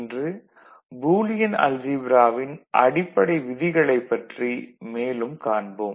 இன்று பூலியன் அல்ஜீப்ராவின் அடிப்படை விதிகளைப் பற்றி மேலும் காண்போம்